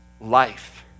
life